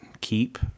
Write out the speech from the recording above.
keep